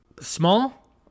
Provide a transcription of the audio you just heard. small